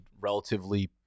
relatively